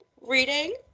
reading